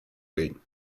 bilden